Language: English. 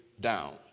down